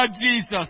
Jesus